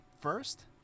first